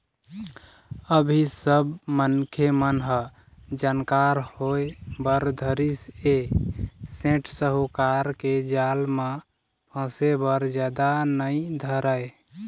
अभी सब मनखे मन ह जानकार होय बर धरिस ऐ सेठ साहूकार के जाल म फसे बर जादा नइ धरय